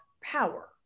power